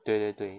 对对对